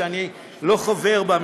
שאני לא חבר בה,